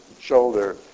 shoulder